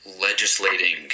legislating